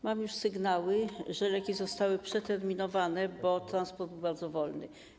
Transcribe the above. Mam już sygnały, że leki stały się przeterminowane, bo transport był bardzo wolny.